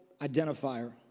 identifier